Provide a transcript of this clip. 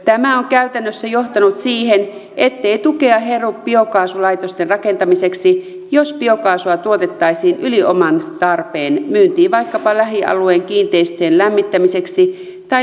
tämä on käytännössä johtanut siihen ettei tukea heru biokaasulaitosten rakentamiseksi jos biokaasua tuotettaisiin yli oman tarpeen myyntiin vaikkapa lähialueen kiinteistöjen lämmittämiseksi tai liikennepolttoaineeksi